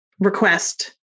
request